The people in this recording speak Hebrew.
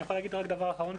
אני יכול להגיד רק דבר אחרון,